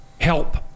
help